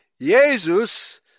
Jesus